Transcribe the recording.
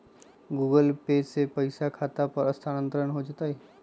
Google Pay से पईसा खाता पर स्थानानंतर हो जतई?